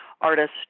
artists